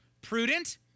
Prudent